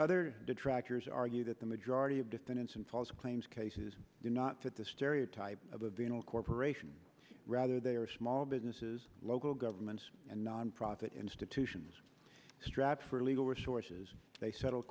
other detractors argue that the majority of defendants and false claims cases do not fit the stereotype of a venal corporation rather they are small businesses local governments and nonprofit institutions strapped for legal resources they settle